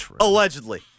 allegedly